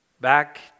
back